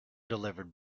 delivered